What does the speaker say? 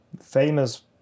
famous